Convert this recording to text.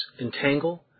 entangle